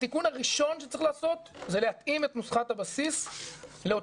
התיקון הראשון שצריך לעשות זה להתאים את נוסחת הבסיס לאותם